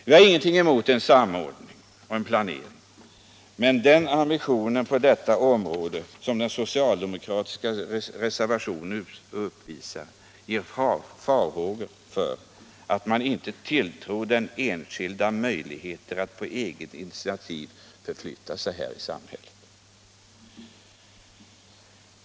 Jag har ingenting emot en samordning och en planering, men den ambition på detta område som den socialdemokratiska reservationen uppvisar ger farhågor för att man inte tilltror den enskilde möjligheter att på eget initiativ förflytta sig här i samhället.